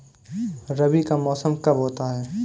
रबी का मौसम कब होता हैं?